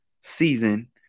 season